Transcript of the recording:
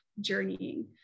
journeying